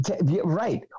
Right